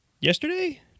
yesterday